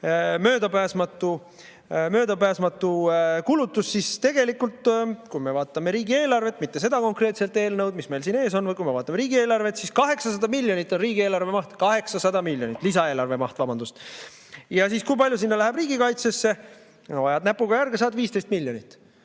möödapääsmatu kulutus – tegelikult, kui me vaatame riigieelarvet, mitte seda konkreetset eelnõu, mis meil siin ees on, kui me vaatame riigieelarvet, siis 800 miljonit on riigieelarve maht. 800 miljonit! Lisaeelarve maht, vabandust! Aga kui palju läheb riigikaitsesse? Ajad näpuga järge, saad 15 miljonit.